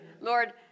Lord